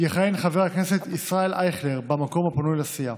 יכהן חבר הכנסת ישראל אייכלר במקום הפנוי לסיעה.